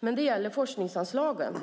Frågan gäller forskningsanslagen.